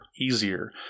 easier